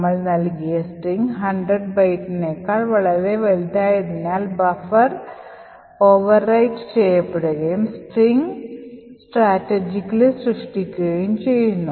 നമ്മൾ നൽകിയ സ്ട്രിംഗ് 100 ബൈറ്റിനേക്കാൾ വളരെ വലുതായതിനാൽ ബഫർ തിരുത്തിയെഴുതുകയും സ്ട്രിംഗ് തന്ത്രപരമായി സൃഷ്ടിക്കുകയും ചെയ്യുന്നു